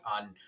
on